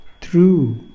true